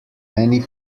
many